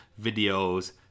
videos